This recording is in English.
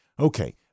Okay